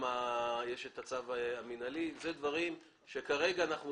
יש גם את הצו המינהלי אלה דברים שכרגע אנחנו